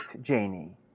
Janie